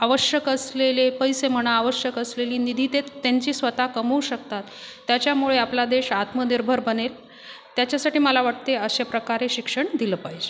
आवश्यक असलेले पैसे म्हणा आवश्यक असलेली निधी ते त्यांचे स्वतः कमवू शकतात त्याच्यामुळे आपला देश आत्मनिर्भर बनेल त्याच्यासाठी मला वाटते अशा प्रकारे शिक्षण दिलं पाहिजे